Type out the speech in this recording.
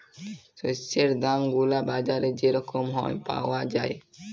শস্যের দাম গুলা বাজারে যে রকম হ্যয় পাউয়া যায়